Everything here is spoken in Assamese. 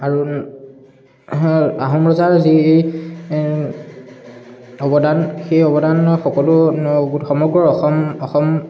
আৰু আহোম ৰজাৰ যি অৱদান সেই অৱদানত সকলো সমগ্ৰ অসম অসম